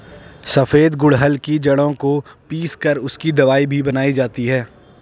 सफेद गुड़हल की जड़ों को पीस कर उसकी दवाई भी बनाई जाती है